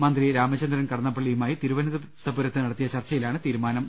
മന്ത്രി രാമചന്ദ്രൻ കടന്നപ്പള്ളിയുമായി തുരുവനന്തപുരത്ത് നട ത്തിയ ചർച്ചയിലാണ് തീരുമാനം